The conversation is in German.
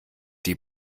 die